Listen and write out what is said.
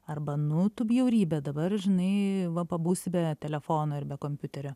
arba nu tu bjaurybe dabar žinai va pabūsi be telefono ir be kompiuterio